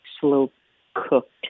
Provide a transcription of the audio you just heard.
slow-cooked